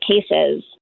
cases